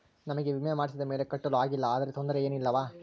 ನಮಗೆ ವಿಮೆ ಮಾಡಿಸಿದ ಮೇಲೆ ಕಟ್ಟಲು ಆಗಿಲ್ಲ ಆದರೆ ತೊಂದರೆ ಏನು ಇಲ್ಲವಾ?